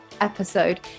episode